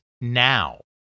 now